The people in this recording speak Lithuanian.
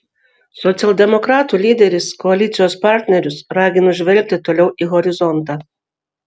socialdemokratų lyderis koalicijos partnerius ragino žvelgti toliau į horizontą